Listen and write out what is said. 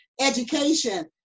education